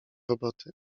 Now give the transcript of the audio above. roboty